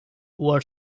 wall